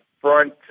front